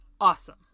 awesome